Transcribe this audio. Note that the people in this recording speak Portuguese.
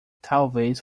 talvez